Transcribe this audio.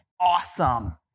Awesome